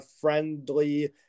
friendly